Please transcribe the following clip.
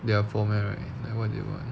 their format right like what they want